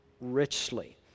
richly